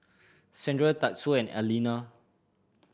Sandra Tatsuo and Alena